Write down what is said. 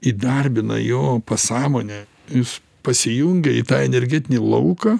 įdarbina jo pasąmonę jis pasijungia į tą energetinį lauką